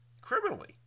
criminally